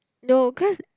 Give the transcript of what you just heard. no cause